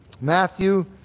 Matthew